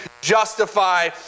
justify